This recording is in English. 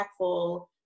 impactful